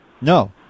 no